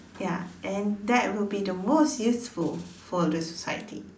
ya and that will be the most useful for the society